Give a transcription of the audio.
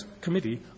Committee